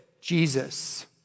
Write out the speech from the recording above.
Jesus